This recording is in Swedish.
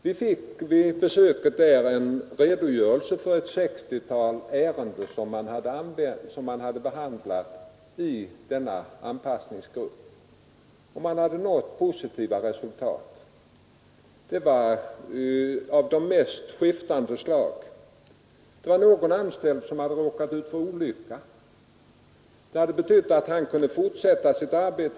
Vi fick vid ett besök en redogörelse för ett sextiotal ärenden som man hade behandlat i denna anpassningsgrupp och där man hade nått positiva resultat. De var av de mest skiftande slag. Där var en anställd som hade råkat ut för en olycka.